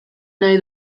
nahi